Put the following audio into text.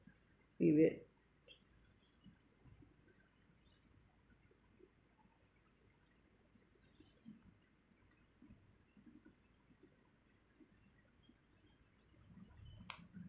we wait